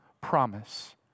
promise